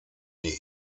die